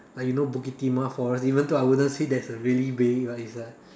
like you know Bukit-Timah forest even though I wouldn't say that's a really being a is a